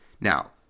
Now